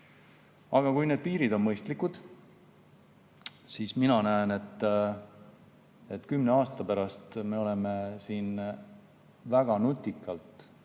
Aga kui need piirid on mõistlikud, siis mina näen, et 10 aasta pärast me oleme siin väga nutikalt oma